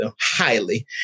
highly